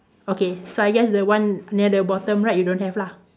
okay so I guess the one near the bottom right you don't have lah